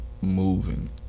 Moving